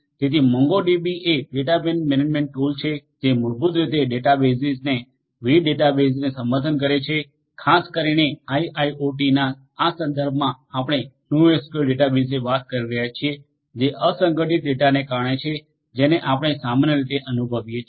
તેથી મોંગોડીબી એ data management tool છે જે મૂળભૂત રીતે ડેટાબેસીઝને વિવિધ ડેટાબેસીઝને સમર્થન કરે છે અને ખાસ કરીને આઇઓઓટીના આ સંદર્ભમાં આપણે નોએસક્યુએલ ડેટાબેઝ વિશે વાત કરી રહ્યા છીએ જે અસંગઠિત ડેટાને કારણે છે જેને આપણે સામાન્ય રીતે અનુભવીએ છીએ